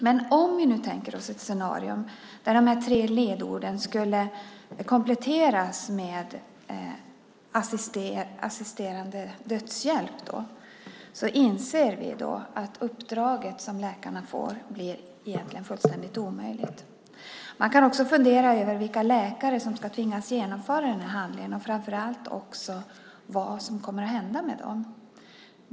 Men om vi tänker oss ett scenario där de här tre ledorden skulle kompletteras med assisterad dödshjälp inser vi att uppdraget som läkarna får egentligen blir fullständigt omöjligt. Man kan också fundera över vilka läkare som ska tvingas genomföra den här handlingen, framför allt också vad som kommer att hända med dem.